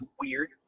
weird